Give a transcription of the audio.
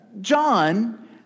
John